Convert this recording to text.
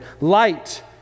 Light